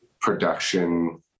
production